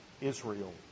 Israel